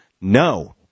no